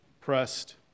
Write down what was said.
pressed